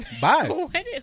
Bye